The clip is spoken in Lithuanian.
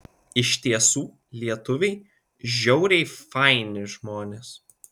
iš tiesų lietuviai žiauriai faini žmonės